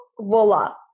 voila